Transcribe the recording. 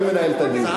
אני מנהל את הדיון.